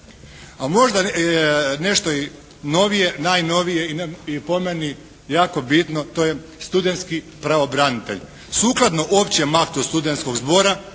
A možda i nešto novije, najnovije i po meni jako bitno, to je studentski pravobranitelj. Sukladno općem aktu studentskog zbora